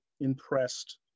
impressed